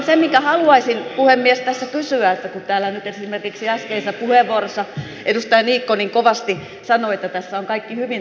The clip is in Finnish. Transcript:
sitten siitä haluaisin puhemies tässä kysyä kun täällä nyt esimerkiksi äskeisessä puheenvuorossa edustaja niikko niin kovasti sanoi että tässä asetelmassa on kaikki hyvin